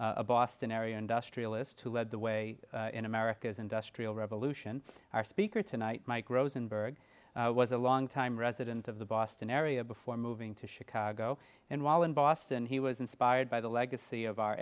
a boston area industrialist who led the way in america's industrial revolution our speaker tonight mike rosenberg was a long time resident of the boston area before moving to chicago and while in boston he was inspired by the legacy of our